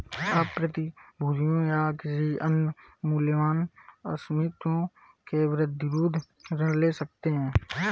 आप प्रतिभूतियों या किसी अन्य मूल्यवान आस्तियों के विरुद्ध ऋण ले सकते हैं